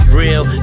real